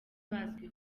bazwi